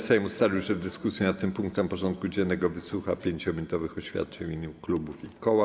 Sejm ustalił, że w dyskusji nad tym punktem porządku dziennego wysłucha 5-minutowych oświadczeń w imieniu klubów i koła.